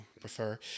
prefer